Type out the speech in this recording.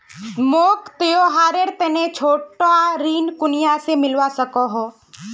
मोक त्योहारेर तने छोटा ऋण कुनियाँ से मिलवा सको हो?